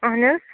اہن حظ